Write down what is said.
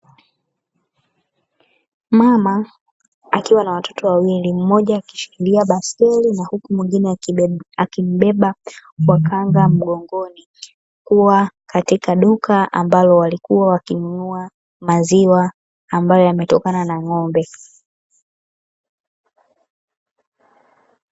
Mama akiwa na watoto wawili mmoja akishikilia baskeli na huku mwingine akimbeba kwa kanga mgongoni, kuwa katika duka ambalo wakiwa wakinunua maziwa ambayo yametokana na ng'ombe.